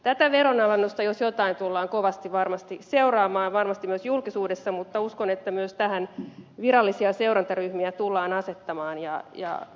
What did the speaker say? tätä veronalennusta jos jotain tullaan kovasti varmasti seuraamaan varmasti myös julkisuudessa mutta uskon että myös tähän virallisia seurantaryhmiä tullaan asettamaan